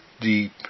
deep